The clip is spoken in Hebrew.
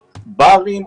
ברים,